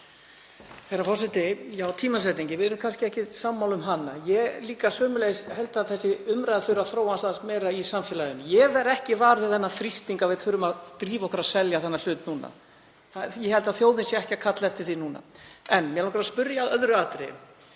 Herra forseti. Já, tímasetningin, við erum kannski ekki sammála um hana. Ég held sömuleiðis að þessi umræða þurfi að þróast aðeins meira í samfélaginu. Ég verð ekki var við þann þrýsting að við þurfum að drífa okkur að selja þennan hlut. Ég held að þjóðin sé ekki að kalla eftir því núna. En mig langar að spyrja út í annað